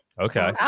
Okay